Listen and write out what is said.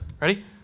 Ready